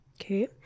Okay